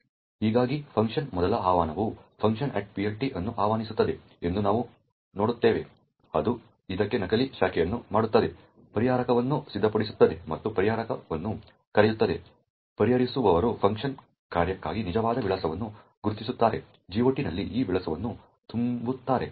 ಹೀಗಾಗಿ ಫಂಕ್ನ ಮೊದಲ ಆಹ್ವಾನವು funcPLT ಅನ್ನು ಆಹ್ವಾನಿಸುತ್ತದೆ ಎಂದು ನಾವು ನೋಡುತ್ತೇವೆ ಅದು ಇದಕ್ಕೆ ನಕಲಿ ಶಾಖೆಯನ್ನು ಮಾಡುತ್ತದೆ ಪರಿಹಾರಕವನ್ನು ಸಿದ್ಧಪಡಿಸುತ್ತದೆ ಮತ್ತು ಪರಿಹಾರಕವನ್ನು ಕರೆಯುತ್ತದೆ ಪರಿಹರಿಸುವವರು ಫಂಕ್ ಕಾರ್ಯಕ್ಕಾಗಿ ನಿಜವಾದ ವಿಳಾಸವನ್ನು ಗುರುತಿಸುತ್ತಾರೆ GOT ನಲ್ಲಿ ಆ ವಿಳಾಸವನ್ನು ತುಂಬುತ್ತಾರೆ